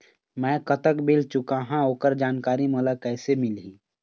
मैं कतक बिल चुकाहां ओकर जानकारी मोला कइसे मिलही?